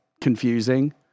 confusing